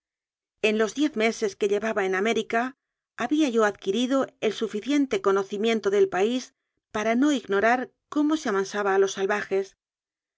en los diez meses que llevaba en américa había yo adquirido el suficiente co nocimiento del país para no ignorar cómo se amansaba a los salvajes